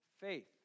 faith